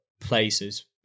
places